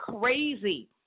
crazy